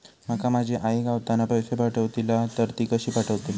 माका माझी आई गावातना पैसे पाठवतीला तर ती कशी पाठवतली?